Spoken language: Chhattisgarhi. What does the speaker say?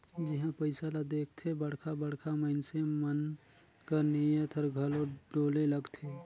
जिहां पइसा ल देखथे बड़खा बड़खा मइनसे मन कर नीयत हर घलो डोले लगथे